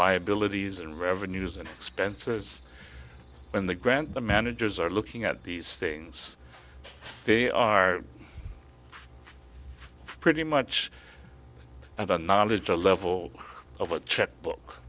liabilities and revenues and expenses in the grant the managers are looking at these things they are pretty much and the knowledge a level of a checkbook